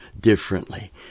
differently